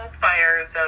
fires